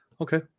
Okay